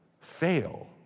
fail